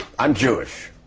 i'm jewish